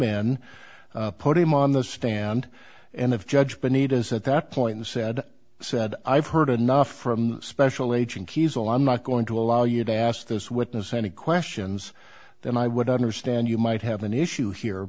in put him on the stand and if judge benita is at that point the said said i've heard enough from special agent he's a lot i'm not going to allow you to ask this witness any questions then i would understand you might have an issue here